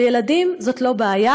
וילדים הם לא בעיה,